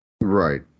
Right